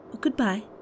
Goodbye